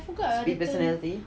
split personality